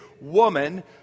woman